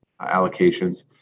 allocations